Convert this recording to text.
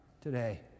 today